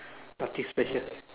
nothing special